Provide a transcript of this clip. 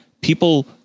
people